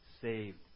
saved